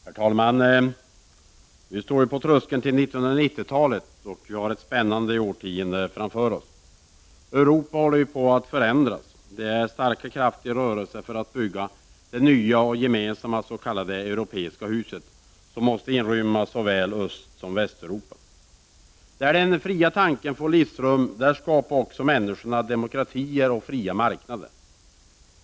Herr talman! Vi står på tröskeln till 1990-talet, och vi har ett spännande årtionde framför oss. Europa håller på att förändras. Det är starka krafter i rörelse för att bygga det nya och gemensamma s.k. europeiska huset, som måste inrymma såväl Östsom Västeuropa. Där den fria tanken får livsrum, där skapar också människorna demokratier och fria marknader.